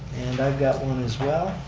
and i've got one as well.